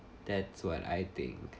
that's what I think